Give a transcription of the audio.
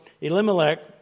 Elimelech